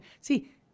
See